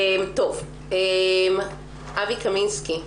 אבי קמינסקי,